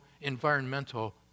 environmental